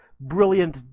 brilliant